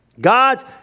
God